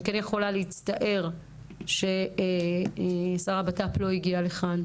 אני כן יכולה להצטער ששר הבט"פ לא הגיע לכאן,